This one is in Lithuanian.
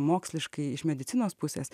moksliškai iš medicinos pusės